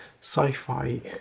sci-fi